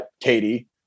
Katie